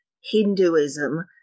Hinduism